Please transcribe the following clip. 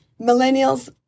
Millennials